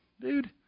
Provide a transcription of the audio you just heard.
dude